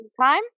Time